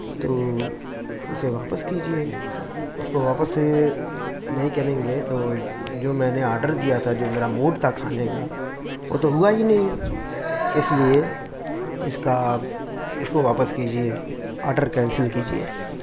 تو اسے واپس کیجئے اس کو واپس نہیں کریں گے تو جو میں نے آرڈر دیا تھا جو میرا موڈ تھا کھانے کا وہ تو ہوا ہی نہیں اس لئے اس کا اس کو واپس کیجئے آرڈر کینسل کیجئے